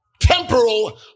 temporal